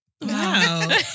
Wow